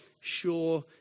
sure